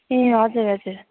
ए हजुर हजुर